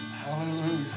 Hallelujah